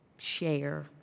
Share